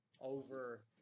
over